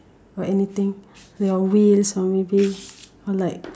or anything your wheels or maybe or like uh